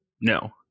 No